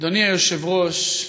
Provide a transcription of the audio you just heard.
אדוני היושב-ראש,